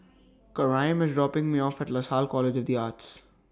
Karyme IS dropping Me off At Lasalle College of The Arts